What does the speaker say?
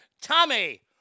Tommy